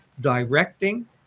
directing